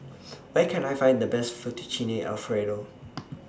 Where Can I Find The Best Fettuccine Alfredo